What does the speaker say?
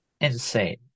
insane